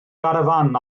garafán